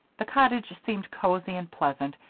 the cottage seemed cozy and pleasant,